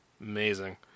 Amazing